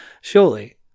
Surely